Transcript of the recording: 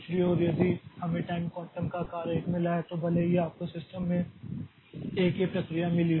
दूसरी ओर यदि हमें टाइम क्वांटम का आकार 1 मिला है तो भले ही आपको सिस्टम में एक ही प्रक्रिया मिली हो